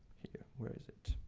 here. where is it?